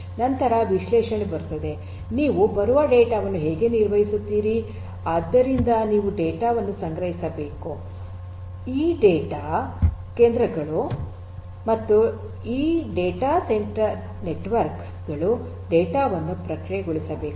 ನಂತರ ವಿಶ್ಲೇಷಣೆ ಬರುತ್ತದೆ ನೀವು ಬರುವ ಡೇಟಾ ವನ್ನು ಹೇಗೆ ನಿರ್ವಹಿಸುತ್ತೀರಿ ಆದ್ದರಿಂದ ನೀವು ಡೇಟಾ ವನ್ನು ಸಂಗ್ರಹಿಸಬೇಕು ಈ ಡೇಟಾ ಕೇಂದ್ರಗಳು ಮತ್ತು ಡೇಟಾ ಸೆಂಟರ್ ನೆಟ್ವರ್ಕ್ ಗಳು ಡೇಟಾ ವನ್ನು ಪ್ರಕ್ರಿಯೆಗೊಳಿಸಬೇಕು